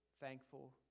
thankful